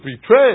betrayed